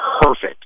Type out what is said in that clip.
perfect